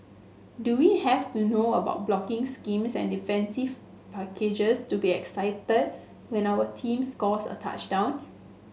do we have to know about blocking schemes and defensive packages to be excited when our team scores a touchdown